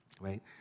right